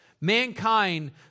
Mankind